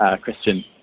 Christian